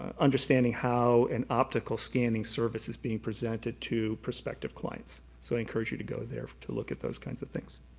ah understanding how an optical scanning service is being presented to perspective clients, so i encourage you to go there to look at those kinds of things.